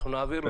אנחנו נעביר לו.